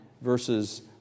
verses